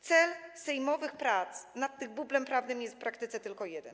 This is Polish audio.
Cel sejmowych prac nad tym bublem prawnym jest w praktyce tylko jeden.